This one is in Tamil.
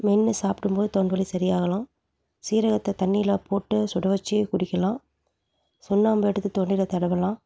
மென்று சாப்பிடும்போது தொண்டை வலி சரியாகலாம் சீரகத்தை தண்ணியில போட்டு சுட வச்சு குடிக்கலாம் சுண்ணாம்பை எடுத்து தொண்டையில தடவலாம்